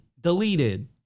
deleted